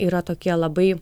yra tokie labai